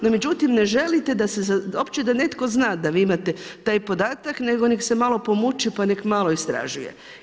No međutim, ne želite da se uopće, da netko zna da vi imate taj podatak, nego nek' se malo pomuči, pa nek' malo istražuje.